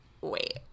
wait